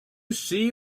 see